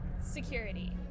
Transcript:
Security